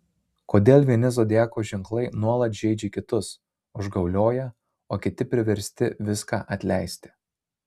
kodėl vieni zodiako ženklai nuolat žeidžia kitus užgaulioja o kiti priversti viską atleisti